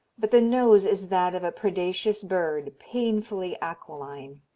but the nose is that of a predaceous bird, painfully aquiline.